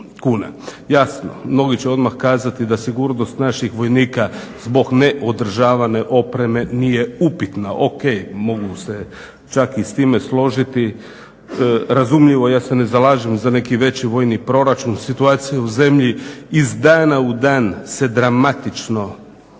kuna. Jasno, mnogi će odmah kazati da sigurnost naših vojnika zbog neodržavane opreme nije upitna. O.k. mogu se čak i s time složiti. Razumljivo, ja se ne zalažem za neki veći vojni proračun. Situacija u zemlji iz dana u dan se dramatično pogoršava.